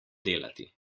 delati